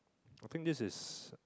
I think this is